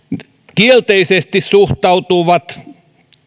kielteisesti suhtautuvat